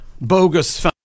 bogus